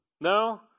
no